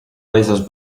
razors